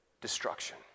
destruction